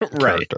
right